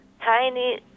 tiny